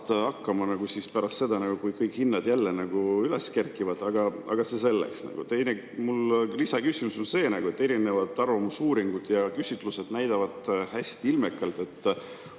hakkama pärast seda, kui kõik hinnad jälle kerkivad. Aga see selleks. Lisaküsimus on selle kohta, et arvamusuuringud ja küsitlused näitavad hästi ilmekalt, et